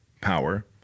power